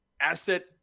asset